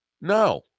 No